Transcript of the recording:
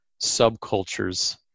subcultures